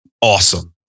awesome